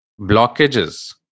blockages